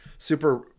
Super